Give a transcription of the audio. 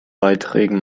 beiträgen